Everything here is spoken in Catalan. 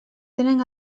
tenen